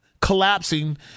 collapsing